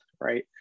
right